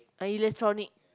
electronic